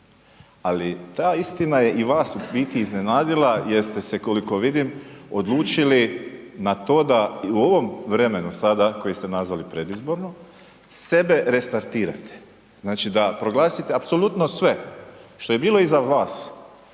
Ali ta istina je i vas u biti iznenadila jer ste se koliko vidim odlučili na to da i u ovom vremenu sada koje ste nazvali predizborno sebe restartirate. Znači, da proglasite apsolutno sve što je bilo i za vas